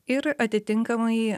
ir atitinkamai